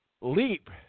leap